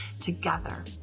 together